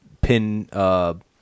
pin